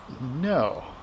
no